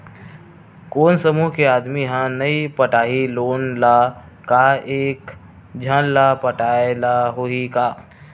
कोन समूह के आदमी हा नई पटाही लोन ला का एक झन ला पटाय ला होही का?